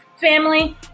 family